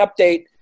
Update